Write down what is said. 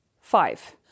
five